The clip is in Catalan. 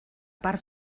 part